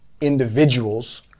individuals